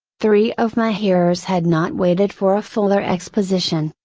three of my hearers had not waited for a fuller exposition,